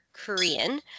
Korean